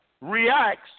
reacts